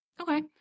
Okay